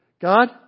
God